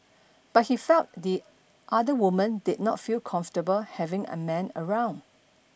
but he felt the other woman did not feel comfortable having a man around